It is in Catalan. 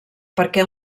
perquè